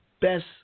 Best